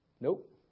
Nope